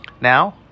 Now